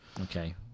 Okay